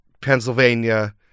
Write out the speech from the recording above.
Pennsylvania